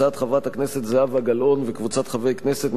הצעת חברת הכנסת זהבה גלאון וקבוצת חברי הכנסת,